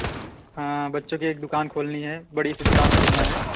हाँ बच्चों की एक दुकान खोलनी है बड़ी सी दुकान खोलना है